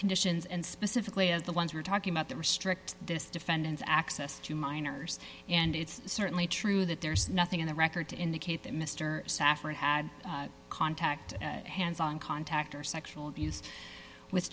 conditions and specifically as the ones we're talking about that restrict this defendant's access to minors and it's certainly true that there's nothing in the record to indicate that mr saffron had contact hands on contact or sexual abuse with